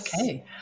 Okay